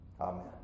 Amen